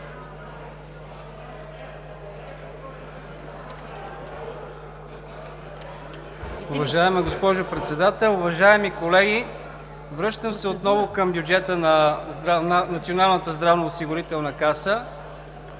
Уважаема госпожо Председател, уважаеми колеги! Връщам се отново към бюджета на Националната здравноосигурителна каса.